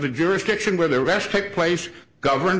the jurisdiction where the rest take place govern